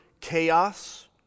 chaos